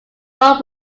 all